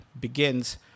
begins